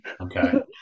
okay